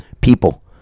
people